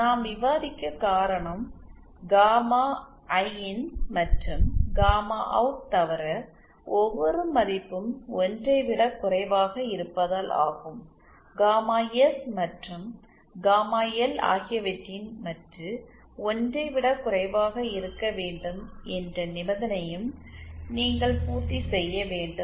நாம் விவாதிக்கக் காரணம் காமா ஐ ன் மற்றும் காமா அவுட் தவிர ஒவ்வொரு மதிப்பும் 1 ஐ விடக் குறைவாக இருப்பதால் ஆகும் காமா எஸ் மற்றும் காமா எல் ஆகியவற்றின் மட்டு 1 ஐ விடக் குறைவாக இருக்க வேண்டும் என்ற நிபந்தனையையும் நீங்கள் பூர்த்தி செய்ய வேண்டும்